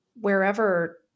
wherever